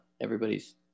everybody's